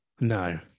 No